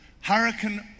Hurricane